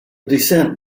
descent